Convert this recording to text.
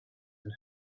and